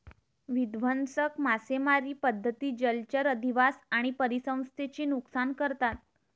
विध्वंसक मासेमारी पद्धती जलचर अधिवास आणि परिसंस्थेचे नुकसान करतात